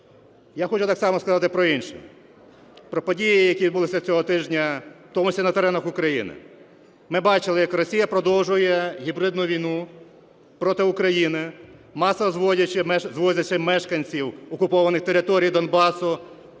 Я хочу так само сказати про інше, про події, які відбулися цього тижня, в тому числі на теренах України. Ми бачили, як Росія продовжує гібридну війну проти України, масово звозячи мешканців окупованих територій Донбасу